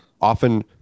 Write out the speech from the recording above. often